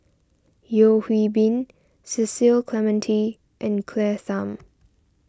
Yeo Hwee Bin Cecil Clementi and Claire Tham